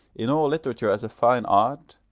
in all literature as a fine art,